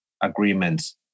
agreements